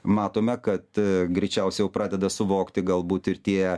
matome kad greičiausiai jau pradeda suvokti galbūt ir tie